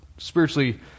Spiritually